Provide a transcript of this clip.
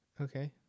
Okay